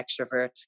extrovert